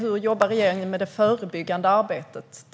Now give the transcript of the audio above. Hur jobbar regeringen med det förebyggande arbetet?